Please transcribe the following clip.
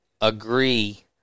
agree